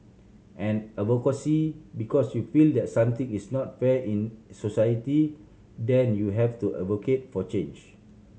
and advocacy because you feel that something is not fair in society then you have to advocate for change